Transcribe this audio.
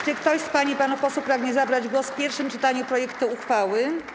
Czy ktoś z pań i panów posłów pragnie zabrać głos w pierwszym czytaniu projektu uchwały?